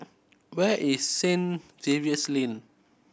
where is Saint Xavier's Lane